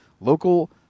local